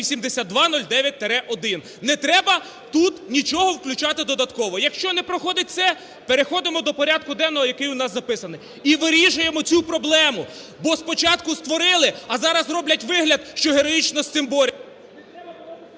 8209-1. Не треба тут нічого включати додатково. Якщо не проходить це, переходимо до порядку денного, який у нас записаний і вирішуємо цю проблему. Бо спочатку створили, а зараз роблять вигляд, що героїчно з цим борються.